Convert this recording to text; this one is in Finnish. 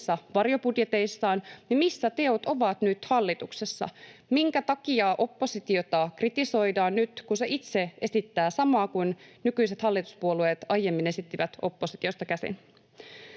varjobudjeteissaan, niin missä teot ovat nyt hallituksessa? Minkä takia oppositiota kritisoidaan nyt, kun se itse esittää samaa kuin nykyiset hallituspuolueet aiemmin esittivät oppositiosta käsin?